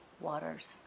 waters